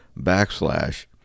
backslash